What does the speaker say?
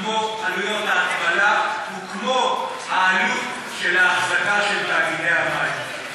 כמו עלויות ההתפלה וכמו העלות של האחזקה של תאגידי המים.